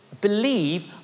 Believe